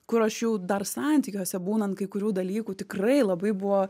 kur aš jau dar santykiuose būnant kai kurių dalykų tikrai labai buvo